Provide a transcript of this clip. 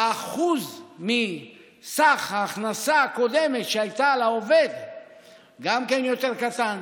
גם האחוז מסך ההכנסה הקודמת שהייתה לעובד יותר קטן.